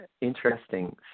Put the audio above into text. interesting